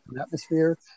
atmosphere